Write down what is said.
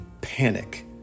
panic